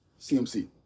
CMC